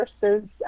versus